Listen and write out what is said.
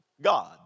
God